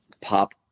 pop